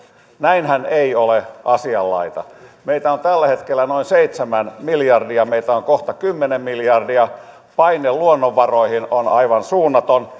näinhän ei ole asianlaita meitä on tällä hetkellä noin seitsemän miljardia meitä on kohta kymmenen miljardia paine luonnonvaroihin on aivan suunnaton